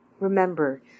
remember